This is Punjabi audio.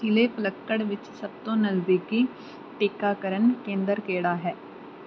ਜ਼ਿਲ੍ਹੇ ਪਲੱਕੜ ਵਿੱਚ ਸਭ ਤੋਂ ਨਜ਼ਦੀਕੀ ਟੀਕਾਕਰਨ ਕੇਂਦਰ ਕਿਹੜਾ ਹੈ